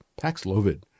Paxlovid